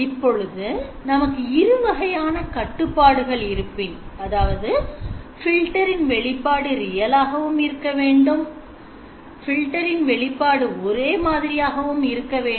இப்பொழுது நமக்கு இருவகையான கட்டுப்பாடுகள் இருப்பின் அதாவது filter என் வெளிப்பாடு real ஆகவும் இருக்க வேண்டும்filter வெளிப்பாடு ஒரே மாதிரியாக இருக்க வேண்டும்